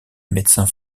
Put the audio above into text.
médecins